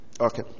okay